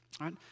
Right